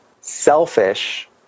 selfish